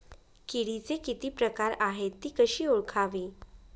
किडीचे किती प्रकार आहेत? ति कशी ओळखावी?